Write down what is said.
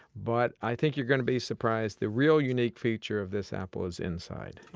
but i think you're going to be surprised. the real unique feature of this apple is inside